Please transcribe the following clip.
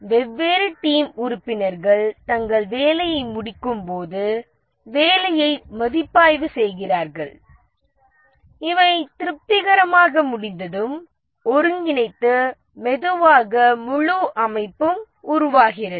வெவ்வேறு டீம் உறுப்பினர்கள் தங்கள் வேலையை முடிக்கும்போது வேலையை மதிப்பாய்வு செய்கிறார்கள் இவை திருப்திகரமாக முடிந்ததும் ஒருங்கிணைத்து மெதுவாக முழு அமைப்பும் உருவாகிறது